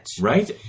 Right